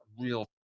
real